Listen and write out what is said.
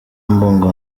mbungo